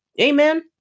Amen